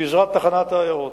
ובגזרת תחנת העיירות.